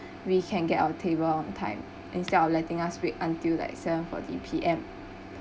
we can get our table on time instead of letting us wait until like seven forty P_M